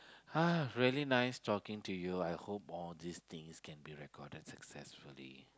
!huh! really nice talking to you I hope all these things can be recorded successfully